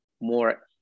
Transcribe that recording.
more